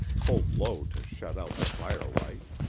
pulled low to shut out the firelight.